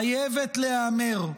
חייבת להיאמר: